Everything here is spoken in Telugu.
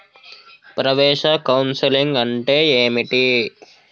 ప్రవేశ కౌన్సెలింగ్ అంటే ఏమిటి?